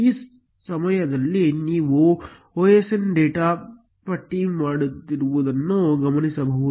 ಈ ಸಮಯದಲ್ಲಿ ನೀವು osndata ಪಟ್ಟಿ ಮಾಡಿರುವುದನ್ನು ಗಮನಿಸಬಹುದು